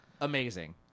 amazing